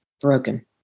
broken